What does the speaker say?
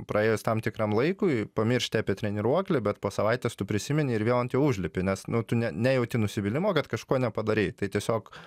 praėjus tam tikram laikui pamiršti apie treniruoklį bet po savaitės tu prisimeni ir vėl ant jo užlipi nes nu tu ne nejauti nusivylimo kad kažko nepadarei tai tiesiog